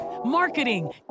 marketing